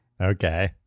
Okay